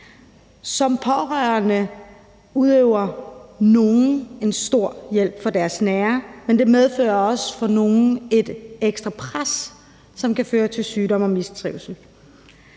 Som pårørende udøver nogle en stor hjælp for deres nære, men det medfører for nogle også et ekstra pres, som kan føre til sygdom og mistrivsel.